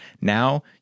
Now